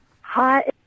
Hi